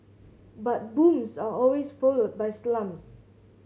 but booms are always followed by slumps